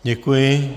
Děkuji.